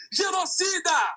genocida